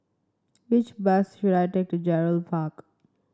which bus should I take to Gerald Park